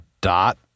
dot